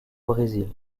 brésil